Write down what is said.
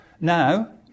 Now